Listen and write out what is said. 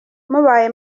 mubaye